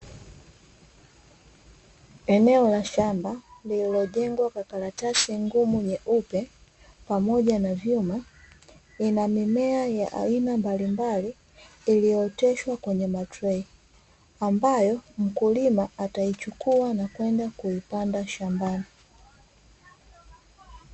Eneo la shamba lilojengwa kwa karatasi ngumu nyeupe pamoja na vyuma, ina mimea ya aina mbalimbali iliyootosheshwa kwenye matrei. Ambayo mkulima ataichukuwa na kwenda kuipanda shambani.